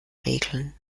regeln